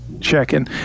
checking